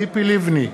בעד ציפי לבני,